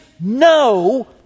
no